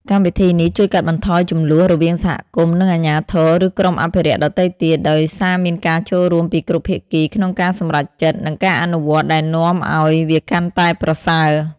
កម្មវិធីនេះជួយកាត់បន្ថយជម្លោះ រវាងសហគមន៍ និងអាជ្ញាធរ ឬក្រុមអភិរក្សដទៃទៀត ដោយសារមានការចូលរួមពីគ្រប់ភាគីក្នុងការសម្រេចចិត្ត និងការអនុវត្ត ដែលនាំឱ្យវាកាន់តែប្រសើរ។